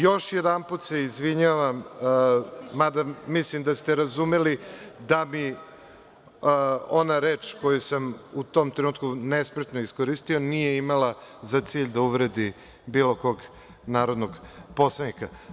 Još jedanput se izvinjavam, mada mislim da ste razumeli da bi ona reč koju sam u tom trenutku nespretno iskoristio, nije imala za cilj da uvredi bilo kog narodnog poslanika.